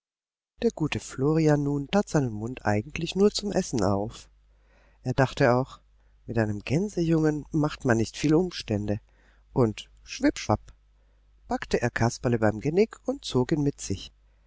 der gute florian nun tat seinen mund eigentlich nur zum essen auf er dachte auch mit einem gänsejungen macht man nicht viel umstände und schwipp schwapp packte er kasperle beim genick und zog ihn mit sich